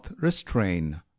restrain